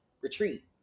retreat